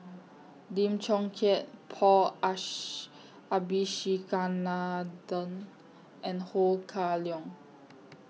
Lim Chong Keat Paul Abisheganaden and Ho Kah Leong